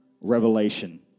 revelation